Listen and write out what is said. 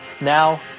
Now